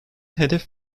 hedef